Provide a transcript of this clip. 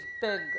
big